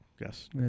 Yes